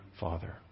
father